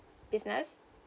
business